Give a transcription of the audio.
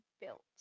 built